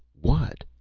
what?